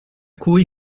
cui